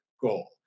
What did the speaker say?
goal